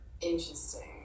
Interesting